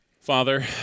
Father